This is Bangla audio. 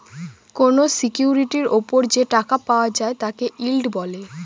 কোনো সিকিউরিটির ওপর যে টাকা পাওয়া যায় তাকে ইল্ড বলে